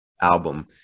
album